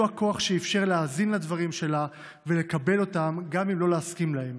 הכוח שאִפשר להאזין לדברים שלה ולקבל אותם גם אם לא להסכים להם.